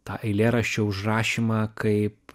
tą eilėraščio užrašymą kaip